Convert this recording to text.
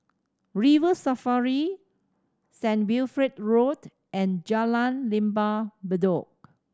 River Safari Saint Wilfred Road and Jalan Lembah Bedok